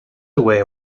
away